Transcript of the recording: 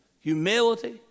humility